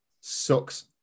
sucks